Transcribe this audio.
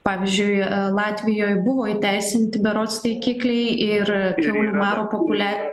pavyzdžiui latvijoj buvo įteisinti berods taikikliai ir kiaulių maro populia